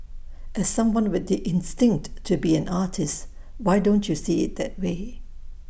as someone with the instinct to be an artist why don't you see IT that way